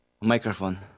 microphone